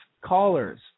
callers